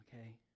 okay